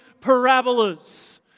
parabolas